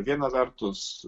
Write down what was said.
viena vertus